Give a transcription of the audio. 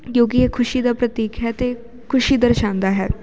ਕਿਉਂਕਿ ਇਹ ਖੁਸ਼ੀ ਦਾ ਪ੍ਰਤੀਕ ਹੈ ਅਤੇ ਖੁਸ਼ੀ ਦਰਸਾਉਂਦਾ ਹੈ